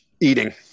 eating